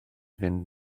fynd